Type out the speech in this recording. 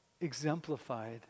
exemplified